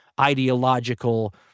ideological